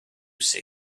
say